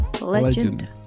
Legend